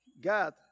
God